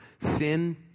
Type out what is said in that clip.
sin